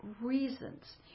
reasons